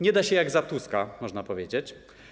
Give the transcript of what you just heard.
Nie da się jak za Tuska, można powiedzieć.